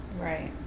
Right